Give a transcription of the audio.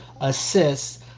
assists